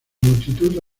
multitud